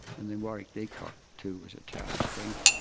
and then warwick deacock too was a tower of strength.